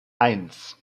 eins